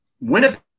Winnipeg